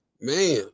Man